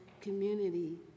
community